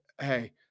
hey